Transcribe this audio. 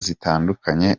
zitandukanye